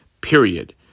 period